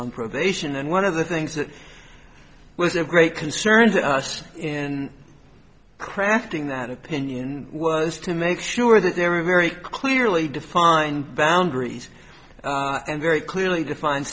on probation and one of the things that was of great concern to us in crafting that opinion was to make sure that there were very clearly defined boundaries and very clearly defined